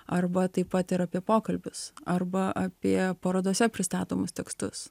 arba taip pat ir apie pokalbius arba apie parodose pristatomus tekstus